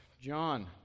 John